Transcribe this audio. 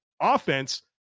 offense